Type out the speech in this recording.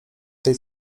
tej